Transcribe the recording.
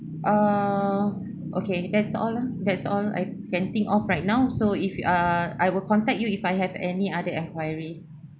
ah okay that's all lah that's all I can think of right now so if ah I will contact you if I have any other enquiries